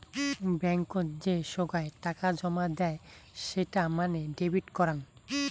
বেঙ্কত যে সোগায় টাকা জমা দেয় সেটা মানে ডেবিট করাং